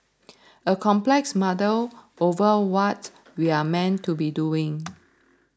a complex muddle over what we're meant to be doing